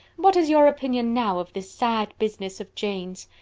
what is your opinion now of this sad business of jane's?